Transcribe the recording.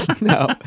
No